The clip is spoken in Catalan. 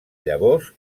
llavors